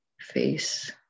face